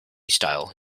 style